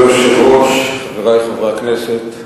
אדוני היושב-ראש, חברי חברי הכנסת,